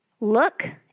look